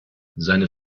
seine